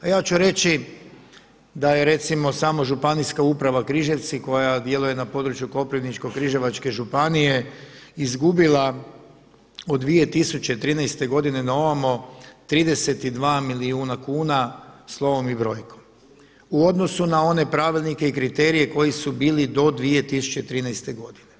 A ja ću reći da je recimo samo županijska uprava Križevci koja djeluje na području Koprivničko-križevačke županije izgubila od 2013. godine na ovamo 32 milijuna kuna slovom i brojkom u odnosu na one pravilnike i kriterije koji su bili od 2013. godine.